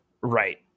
right